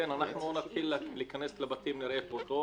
אגב,